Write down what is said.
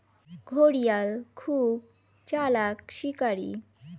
ঘড়িয়াল খুব চালাক শিকারী